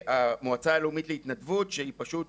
המועצה הלאומית להתנדבות שהיא פשוט